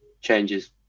changes